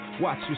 Watch